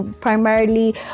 primarily